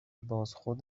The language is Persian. بازخورد